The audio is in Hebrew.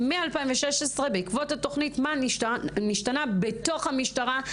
מ-2016 בעקבות התוכנית מה נשתנה בתוך המשטרה.